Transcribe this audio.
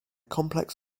complex